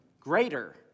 greater